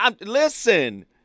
Listen